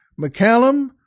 McCallum